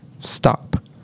stop